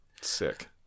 Sick